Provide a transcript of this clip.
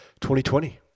2020